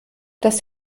das